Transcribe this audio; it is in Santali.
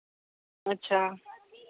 ᱟᱪᱪᱷᱟ